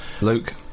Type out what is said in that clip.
Luke